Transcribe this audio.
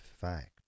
fact